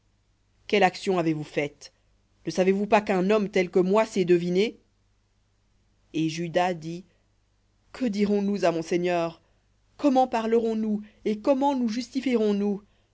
quelle action avez-vous faite ne savez-vous pas qu'un homme tel que moi sait deviner et juda dit que dirons-nous à mon seigneur comment parlerons nous et comment nous